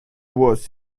was